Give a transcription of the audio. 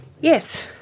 Yes